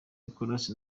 nicholas